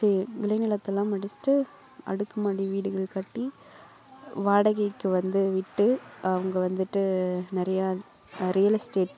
விளை நிலத்தெல்லாம் அழிச்சுட்டு அடுக்கு மாடி வீடுகள் கட்டி வாடகைக்கு வந்து விட்டு அவங்க வந்துட்டு நிறைய ரியல் எஸ்டேட்